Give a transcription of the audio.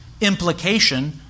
implication